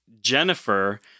Jennifer